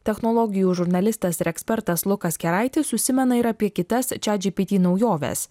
technologijų žurnalistas ir ekspertas lukas keraitis užsimena ir apie kitas chatgpt naujoves